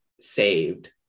saved